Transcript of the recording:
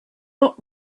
not